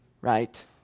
right